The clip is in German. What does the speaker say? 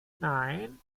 nein